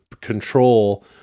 control